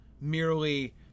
merely